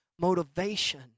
motivation